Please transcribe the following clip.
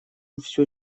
всю